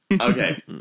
Okay